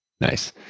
Nice